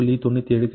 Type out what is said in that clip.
97 கிடைக்கும்